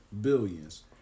Billions